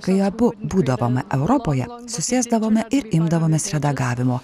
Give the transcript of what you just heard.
kai abu būdavome europoje susėsdavome ir imdavomės redagavimo